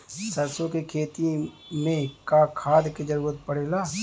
सरसो के खेती में का खाद क जरूरत पड़ेला?